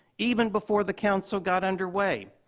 even before the council got underway.